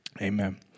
Amen